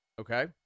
okay